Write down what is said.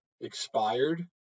expired